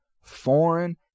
foreign